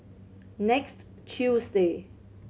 next Tuesday